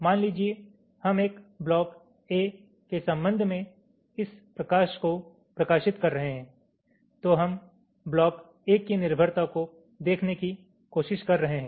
मान लीजिए हम एक ब्लॉक A के संबंध में इस प्रकाश को प्रकाशित कर रहे हैं तो हम ब्लॉक A की निर्भरता को देखने की कोशिश कर रहे हैं